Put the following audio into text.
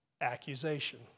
accusation